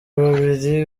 babiri